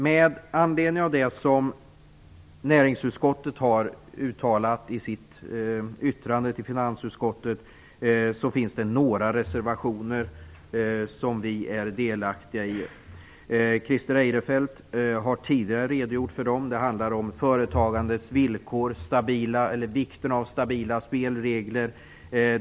Med anledning av näringsutskottets yttrande till finansutskottet finns några reservationer som vi är delaktiga i. Christer Eirefelt har tidigare redogjort för dem. Det handlar om företagandets villkor och vikten av stabila spelregler.